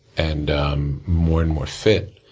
and um more and more fit,